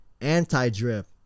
anti-drip